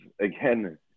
again